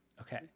Okay